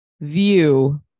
view